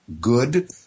good